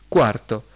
Quarto